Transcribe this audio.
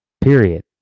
period